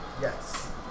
Yes